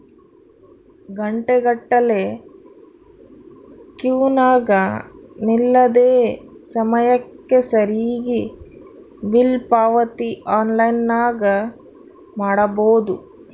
ಘಂಟೆಗಟ್ಟಲೆ ಕ್ಯೂನಗ ನಿಲ್ಲದೆ ಸಮಯಕ್ಕೆ ಸರಿಗಿ ಬಿಲ್ ಪಾವತಿ ಆನ್ಲೈನ್ನಾಗ ಮಾಡಬೊದು